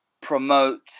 promote